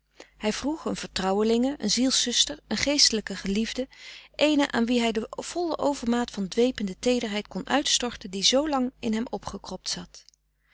hij vroeg een vertrouwelinge een zielszuster een geestelijk geliefde eene aan wie hij de volle overmaat van dwepende teederheid kon uitstorten die zoolang in hem opgekropt zat